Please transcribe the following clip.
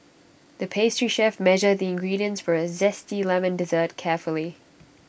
the pastry chef measured the ingredients for A Zesty Lemon Dessert carefully